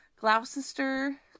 Gloucester